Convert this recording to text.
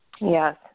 Yes